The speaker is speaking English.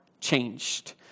changed